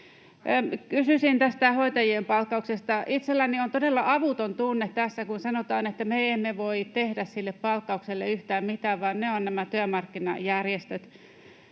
Kysyisin tästä hoitajien palkkauksesta. Itselläni on todella avuton tunne tässä, kun sanotaan, että me emme voi tehdä sille palkkaukselle yhtään mitään, vaan ne ovat nämä työmarkkinajärjestöt.